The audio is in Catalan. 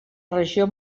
regió